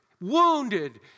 wounded